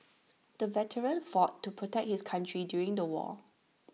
the veteran fought to protect his country during the war